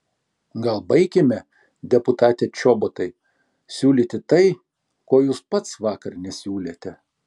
gal baikime deputate čobotai siūlyti tai ko jūs pats vakar nesiūlėte